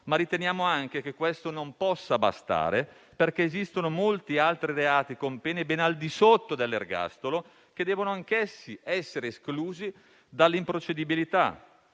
ma riteniamo anche che questo non possa bastare perché esistono molti altri reati, con pene ben al di sotto dell'ergastolo, che devono anch'essi essere esclusi dall'improcedibilità.